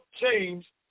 change